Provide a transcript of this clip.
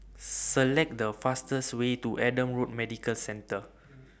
Select The fastest Way to Adam Road Medical Centre